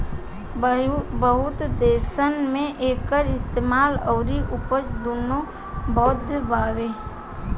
बहुत देसन मे एकर इस्तेमाल अउरी उपज दुनो बैध बावे